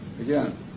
Again